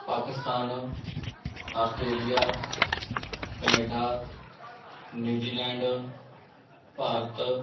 Pakistan Australia Canada New Zealand Bharat